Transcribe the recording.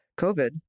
COVID